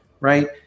right